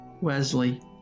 Wesley